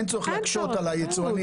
אין צורך להקשות על היצואנים.